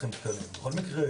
מה זה צריכים תקנים?